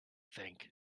think